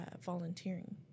volunteering